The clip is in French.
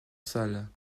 salle